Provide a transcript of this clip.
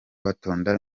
batonda